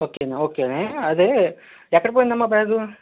okay ఓకేలే అదే ఎక్కడ పోయిందమ్మా బ్యాగు